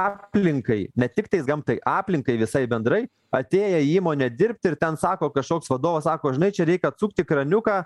aplinkai ne tik tais gamtai aplinkai visai bendrai atėję į įmonę dirbti ir ten sako kažkoks vadovas sako žinai čia reik atsukti kraniuką